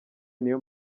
niyo